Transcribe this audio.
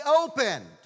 opened